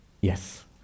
yes